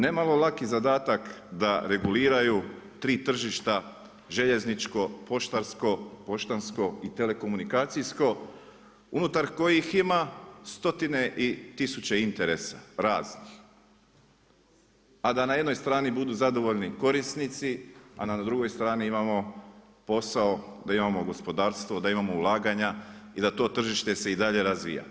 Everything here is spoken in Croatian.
Nemalo laki zadatak da reguliraju 3 tržišta, željezničko, poštansko i telekomunikacijsko, unutar kojih ima stotine i tisuće interesa raznih, a da na jednoj strani budu zadovoljni korisnici, a da na drugoj strani imamo posao, da imamo gospodarstvo, da imamo ulaganja i da to tržište se i dalje razvija.